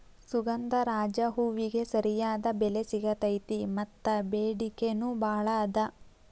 ಸುಗಂಧರಾಜ ಹೂವಿಗೆ ಸರಿಯಾದ ಬೆಲೆ ಸಿಗತೈತಿ ಮತ್ತ ಬೆಡಿಕೆ ನೂ ಬಾಳ ಅದ